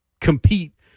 compete